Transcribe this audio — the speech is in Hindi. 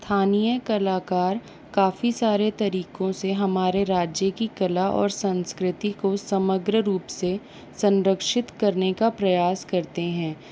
स्थानीय कलाकार काफी सारे तरीकों से हमारे राज्य की कला और संस्कृति को समग्र रूप से संरक्षित करने का प्रयास करते हैं